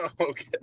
Okay